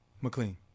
McLean